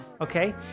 okay